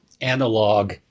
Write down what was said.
analog